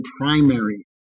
primary